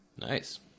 Nice